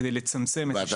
כדי לצמצם את התופעה.